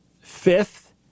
Fifth